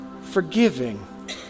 forgiving